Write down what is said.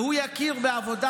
והוא יכיר בעבודה